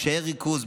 קשיי ריכוז,